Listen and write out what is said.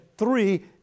Three